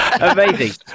Amazing